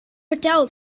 vertelt